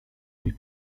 mój